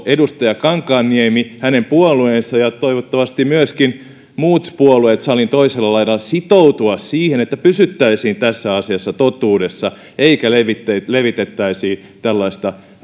edustaja kankaanniemi hänen puolueensa ja toivottavasti myöskin muut puolueet salin toisella laidalla sitoutua siihen että pysyttäisiin tässä asiassa totuudessa eikä levitettäisi tällaista